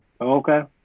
Okay